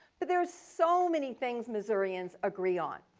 but there's so many things missourians agree on.